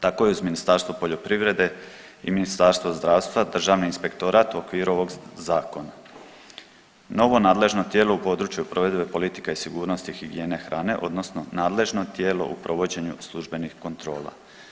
Tako je uz Ministarstvo poljoprivrede i Ministarstvo zdravstva, Državni inspektorat u okviru ovog zakona novo nadležno tijelo u području provedbe politika i sigurnosti higijene hrane odnosno nadležno tijelo u provođenju službenih kontrola.